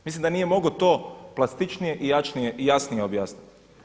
Mislim da nije mogao to plastičnije i jasnije objasniti.